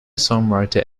songwriter